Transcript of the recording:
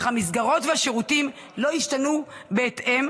אך המסגרות והשירותים לא השתנו בהתאם,